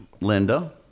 linda